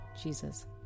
Jesus